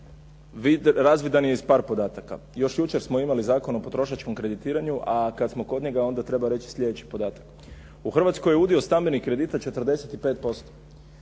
razvidan je iz par podataka. Još jučer smo imali Zakon o potrošačkom kreditiranju, a kada smo kod njega onda treba reći sljedeći podatak. U Hrvatskoj je udio stambenih kredita 45%,